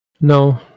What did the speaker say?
no